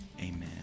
amen